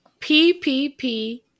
PPP